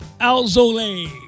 Alzole